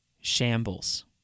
shambles